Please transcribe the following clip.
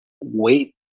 Wait